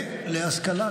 להשכלה,